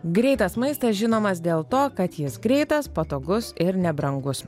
greitas maistas žinomas dėl to kad jis greitas patogus ir nebrangus